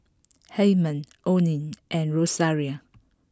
Hymen Oney and Rosaria